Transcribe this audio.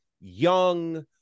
Young